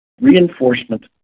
reinforcement